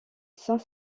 saint